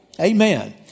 Amen